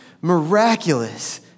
miraculous